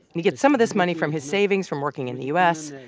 you get some of this money from his savings from working in the u s.